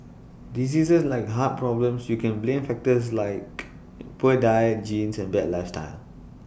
diseases like heart problems you can blame factors like poor diet genes and bad lifestyle